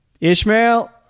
Ishmael